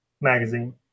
Magazine